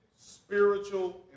spiritual